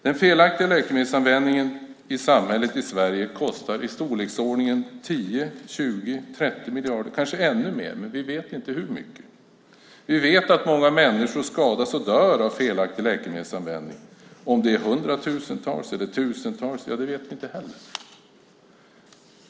Den felaktiga läkemedelsanvändningen i samhället kostar i storleksordningen 10-30 miljarder. Kanske är det ännu mer, men vi vet inte hur mycket. Vi vet att många människor skadas och dör av felaktig läkemedelsanvändning - om det är hundratusentals eller tusentals vet vi inte heller.